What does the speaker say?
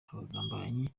abagambanyi